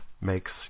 makes